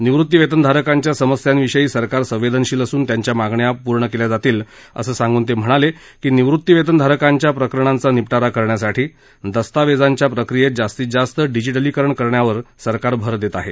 निवृतीवेतन धारकांच्या समस्यांविषयी सरकार संवेदनशील असून त्यांच्या मागण्या पूर्ण केले जातील असं सांगून ते म्हणाले की निवृतीवेतन धारकांच्या प्रकरणांचा निपटारा करण्यासाठी दस्तावेदांच्या प्रक्रियेचं जास्तीत जास्त डिजिटलीकरण करण्यावर सरकार भर देत आहे